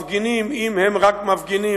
המפגינים, אם הם רק מפגינים,